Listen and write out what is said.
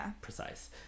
precise